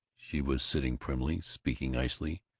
she was sitting primly, speaking icily.